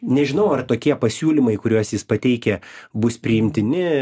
nežinau ar tokie pasiūlymai kuriuos jis pateikia bus priimtini